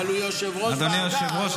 אבל הוא יושב-ראש ועדה --- אדוני היושב-ראש,